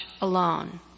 alone